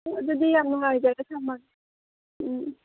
ꯑꯗꯨꯗꯤ ꯌꯥꯝ ꯅꯨꯡꯉꯥꯏꯖꯔꯦ ꯊꯝꯃꯒꯦ ꯎꯝ